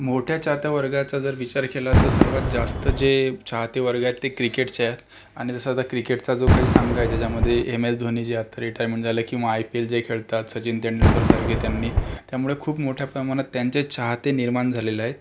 मोठ्या चाहत्या वर्गाचा जर विचार केला तर सर्वात जास्त जे चाहते वर्ग आहेत ते क्रिकेटचे आहे आणि जसं आता क्रिकेटचा जो काही संघ आहे ज्याच्यामधे एम एस धोनी जे आता रिटायरमेंट झालं किंवा आय पी एल जे खेळतात सचिन तेंडुलकरसारखे त्यांनी त्यामुळे खूप मोठ्या प्रमाणात त्यांचे चाहते निर्माण झालेला आहे